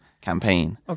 campaign